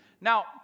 Now